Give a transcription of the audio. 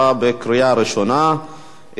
עברה בקריאה ראשונה,